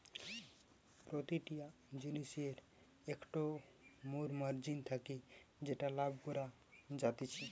প্রতিটা জিনিসের একটো মোর মার্জিন থাকে যেটাতে লাভ করা যাতিছে